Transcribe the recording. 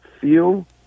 feel